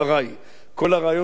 כל הרעיון של מסירות הנפש,